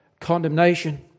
condemnation